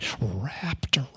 wrapped